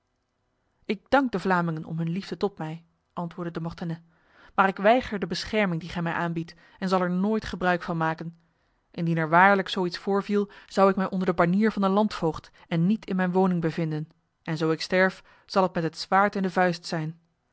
ik dank de vlamingen om hun liefde tot mij antwoordde de mortenay maar ik weiger de bescherming die gij mij aanbiedt en zal er nooit gebruik van maken indien er waarlijk zoiets voorviel zou ik mij onder de banier van de landvoogd en niet in mijn woning bevinden en zo ik sterf zal het met het zwaard in de vuist zijn